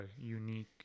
unique